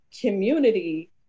community